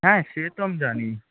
হ্যাঁ সে তো আমি জানি